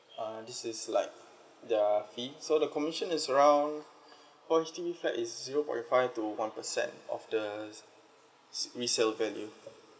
uh this is like their fees so the commission is around for H_D_B flat is zero point five to one percent of the s~ resale value